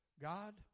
God